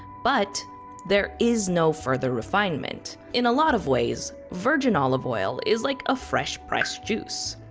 but there is no further refinement. in a lot of ways, virgin olive oil is like a fresh pressed juice.